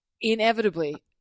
Inevitably